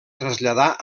traslladà